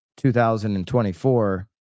2024